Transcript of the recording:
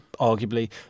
arguably